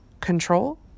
Control